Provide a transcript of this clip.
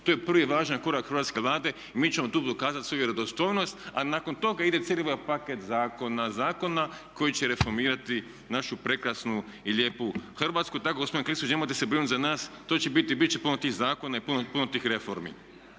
Tu je prvi važan korak hrvatske Vlade i mi ćemo tu dokazati svoju vjerodostojnost, a nakon toga ide cijeli ovaj paket zakona, zakona koji će reformirati našu prekrasnu i lijepu Hrvatsku. Tako gospodine Klisoviću, nemojte se brinuti za nas. To će biti, bit će puno tih zakona i puno tih reformi.